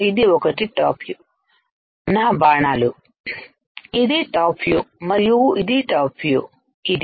ఇది ఒకటి టాప్ వ్యూనా బాణాలు ఇదిటాప్ వ్యూ మరియుఇదిటాప్ వ్యూ ఇది